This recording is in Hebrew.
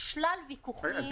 שלל ויכוחים.